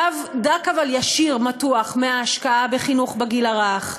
קו דק אבל ישיר מתוח מההשקעה בחינוך בגיל הרך,